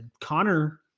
Connor